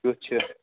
کیُتھ چھُ